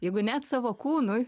jeigu net savo kūnui